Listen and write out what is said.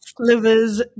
Livers